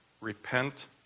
Repent